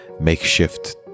makeshift